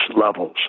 levels